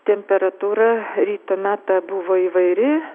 temperatūra ryto meta buvo įvairi